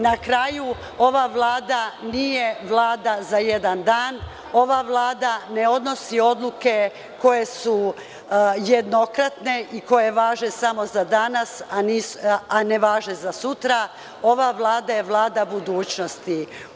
Na kraju, ova Vlada nije Vlada za jedan dan, ova Vlada ne donosi odluke koje su jednokratne i koje važe samo za danas, a ne važe za sutra, ova Vlada je Vlada budućnosti.